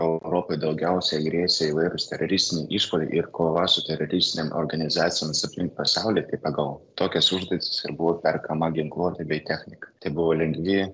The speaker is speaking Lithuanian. europai daugiausia grėsė įvairūs teroristiniai išpuoliai ir kova su teroristinėm organizacijom aplink pasaulį tai pagal tokias užduotis ir buvo perkama ginkluotė bei technika tai buvo lengvi